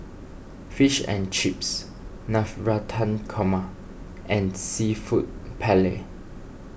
Fish and Chips Navratan Korma and Seafood Paella